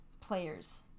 players